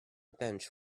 bench